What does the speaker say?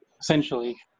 essentially